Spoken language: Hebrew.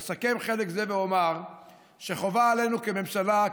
אסכם חלק זה ואומר שחובה עלינו כממשלה,